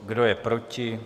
Kdo je proti?